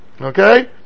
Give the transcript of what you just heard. Okay